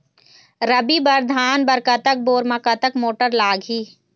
रबी बर धान बर कतक बोर म कतक मोटर लागिही?